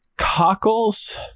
cockles